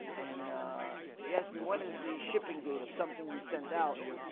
and he asked me one is the shipping date of something we sent out